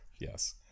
Yes